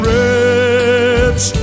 rich